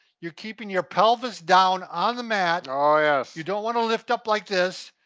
you're keeping your pelvis down on the mat. oh, yes. you don't wanna lift up like this,